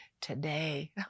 today